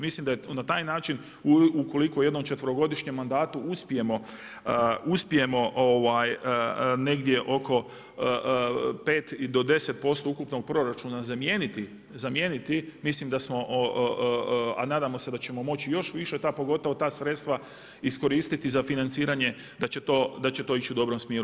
Mislim da je na taj način, ukoliko u jednom četverogodišnjem mandatu uspijemo negdje oko 5 i do 10% ukupnog proračuna zamijeniti mislim da smo a nadamo se da ćemo moći još više, ta pogotovo ta sredstva iskoristiti za financiranje da će to ići u dobrom smjeru.